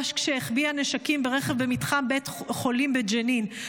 כשהחביאה נשקים ברכב במתחם בית חולים בג'נין,